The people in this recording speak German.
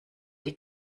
die